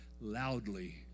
loudly